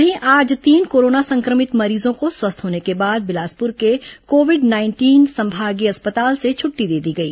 वहीं आज तीन कोरोना संक्रभित मरीजों को स्वस्थ होने के बाद बिलासपुर के कोविड नाइंटीन संभागीय अस्पताल से छटटी दे दी गई